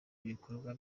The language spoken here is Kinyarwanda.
ibikorwa